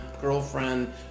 girlfriend